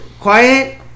quiet